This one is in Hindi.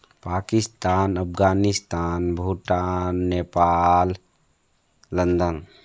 पाकिस्तान अफगानिस्तान भूटान नेपाल लंदन